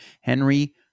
Henry